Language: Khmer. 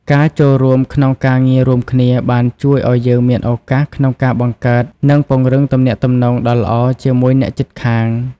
ការចូលរួមក្នុងការងាររួមគ្នាបានជួយឲ្យយើងមានឱកាសក្នុងការបង្កើតនិងពង្រឹងទំនាក់ទំនងដ៏ល្អជាមួយអ្នកជិតខាង។